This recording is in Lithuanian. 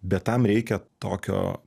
bet tam reikia tokio